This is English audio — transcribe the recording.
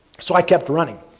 so, i kept running.